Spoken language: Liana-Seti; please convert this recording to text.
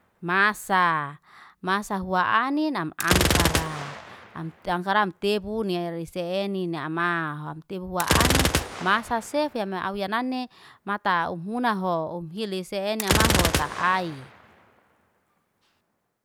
Masaa, masa hua anin nam angkara. Am am angkara, am tebuni riseni ni ama hom tebu hua anin masa sef ya au wia nani mata omhuna hoo om hilis seni amahot ta'ai